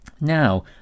now